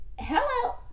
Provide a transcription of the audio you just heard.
hello